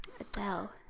Adele